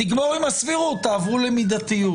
נגמור עם הסבירות תעברו למידתיות.